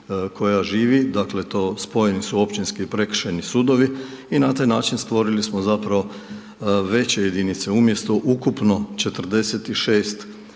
koja živi, dakle, to spojeni su općinski i prekršajni sudovi i na taj način stvorili smo zapravo veće jedinice, umjesto ukupno 46 što